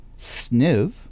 Sniv